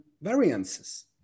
variances